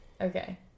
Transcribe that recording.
Okay